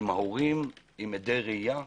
עם ההורים, עם עדי ראיה.